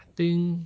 I think